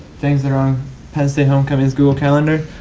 things that are on penn state homecoming's google calendar.